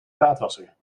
vaatwasser